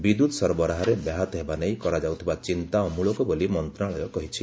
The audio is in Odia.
ବିଦ୍ୟୁତ୍ ସରବରାହରେ ବ୍ୟାହତ ହେବା ନେଇ କରାଯାଉଥିବା ଚିନ୍ତା ଅମଳକ ବୋଲି ମନ୍ତ୍ରଶାଳୟ କହିଛି